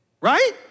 Right